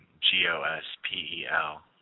G-O-S-P-E-L